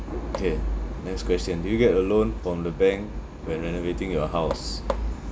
okay next question do you get a loan from the bank when renovating your house